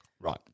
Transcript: Right